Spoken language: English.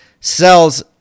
sells